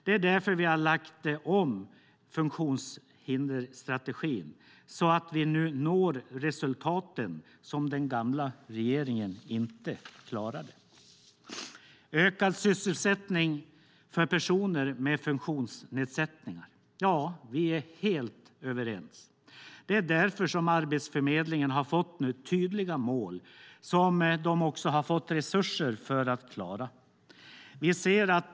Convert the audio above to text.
Det är därför vi har lagt om funktionshindersstrategin, så att vi nu når de resultat den gamla regeringen inte klarade. Oppositionen vill öka sysselsättningen för personer med funktionsnedsättningar. Vi är helt överens. Det är därför Arbetsförmedlingen har fått tydliga mål som de också fått resurser för att klara att uppnå.